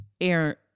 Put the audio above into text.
air